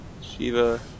Shiva